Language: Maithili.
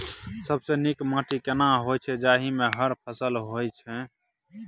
सबसे नीक माटी केना होय छै, जाहि मे हर फसल होय छै?